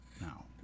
now